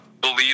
believe